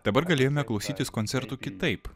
dabar galėjome klausytis koncertų kitaip